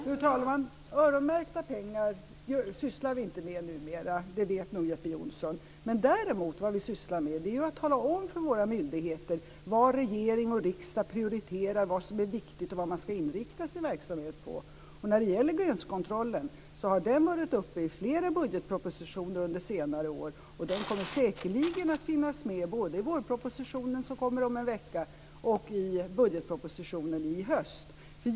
Fru talman! Öronmärkta pengar sysslar vi inte med numera, det vet nog Jeppe Johnsson. Vad vi däremot sysslar med är att tala om för våra myndigheter vad regering och riksdag prioriterar, vad som är viktigt och vad man ska inrikta sin verksamhet på. När det gäller gränskontrollen har den varit uppe i flera budgetpropositioner under senare år, och den kommer säkerligen att finnas med både i vårpropositionen som kommer om en vecka och i budgetpropositionen i höst.